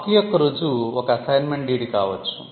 హక్కు యొక్క రుజువు ఒక అసైన్మెంట్ డీడ్ కావచ్చు